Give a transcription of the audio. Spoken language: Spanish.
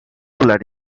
popular